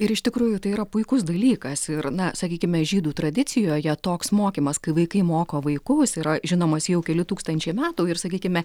ir iš tikrųjų tai yra puikus dalykas ir na sakykime žydų tradicijoje toks mokymas kai vaikai moko vaikus yra žinomas jau keli tūkstančiai metų ir sakykime